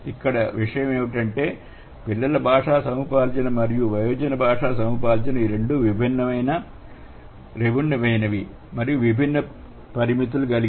ఇక్కడ ఆందోళన ఏమిటంటే పిల్లల భాషా సముపార్జన మరియు వయోజన భాషా సముపార్జన ఈ రెండు విభిన్నమైనవి మరియు విభిన్న పరిమితులు కలవి